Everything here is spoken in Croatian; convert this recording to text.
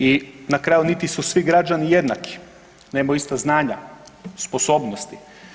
I na kraju niti su svi građani jednaki, nemaju ista znanja, sposobnosti.